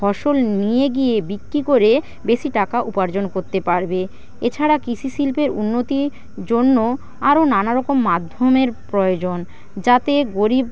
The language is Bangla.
ফসল নিয়ে গিয়ে বিক্রি করে বেশি টাকা উপার্জন করতে পারবে এছাড়া কৃষিশিল্পে উন্নতির জন্য আরও নানারকম মাধ্যমের প্রয়োজন যাতে গরিব